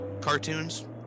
cartoons